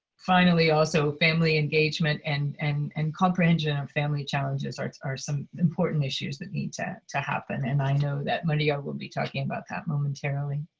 finally, also family engagement, and and and comprehension of family challenges arts are some important issues that needs to to happen, and i know that maria will be talking about that momentarily.